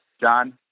John